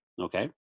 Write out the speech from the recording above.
Okay